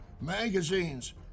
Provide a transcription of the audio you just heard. magazines